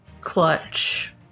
clutch